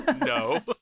no